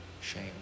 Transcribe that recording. shame